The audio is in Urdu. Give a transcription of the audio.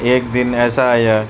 ایک دن ایسا آیا